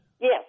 Yes